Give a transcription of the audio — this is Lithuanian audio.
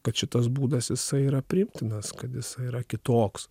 kad šitas būdas jisai yra priimtinas kad jisai yra kitoks